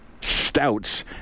stouts